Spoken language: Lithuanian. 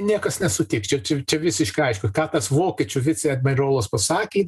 niekas nesutiks čia čia čia visiškai aišku ką tas vokiečių viceadmirolas pasakė